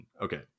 okay